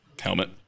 Helmet